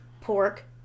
pork